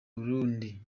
burundi